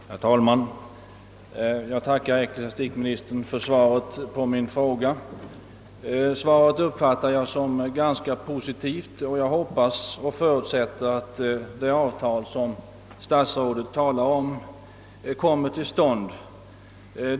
Herr talman! Jag tackar ecklesiastikministern för svaret på min fråga. Svaret uppfattar jag som ganska positivt, och jag hoppas och förutsätter att det avtal som statsrådet talar om kommer till stånd.